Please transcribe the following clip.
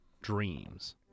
Dreams